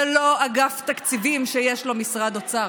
ולא אגף תקציבים שיש לו משרד אוצר.